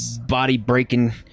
Body-breaking